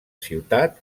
ciutat